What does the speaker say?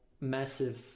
massive